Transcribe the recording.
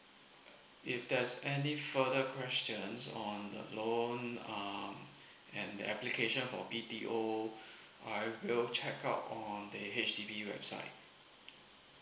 if there's any further questions on the loan um and the application for B_T_O I will check out on the H_D_B website